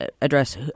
address